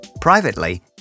Privately